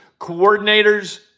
coordinators